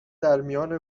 درمیان